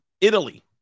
Italy